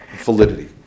validity